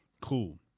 Cool